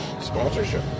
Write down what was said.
sponsorship